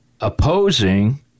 opposing